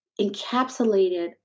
encapsulated